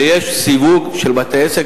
יש סיווג של בתי-עסק,